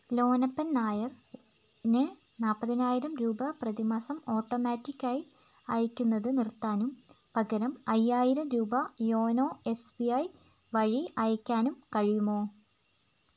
ലോനപ്പൻ നായരിന് നാല്പതിനായിരം രൂപ പ്രതിമാസം ഓട്ടോമാറ്റിക്ക് ആയി അയയ്ക്കുന്നത് നിർത്താനും പകരം അയ്യായിരം രൂപ യോനോ എസ് ബി ഐ വഴി അയയ്ക്കാനും കഴിയുമോ